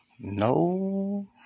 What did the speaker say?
no